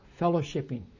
fellowshipping